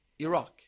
Iraq